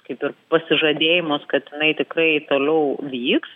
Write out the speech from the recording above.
kaip ir pasižadėjimus kad jinai tikrai toliau vyks